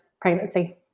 pregnancy